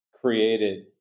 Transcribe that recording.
created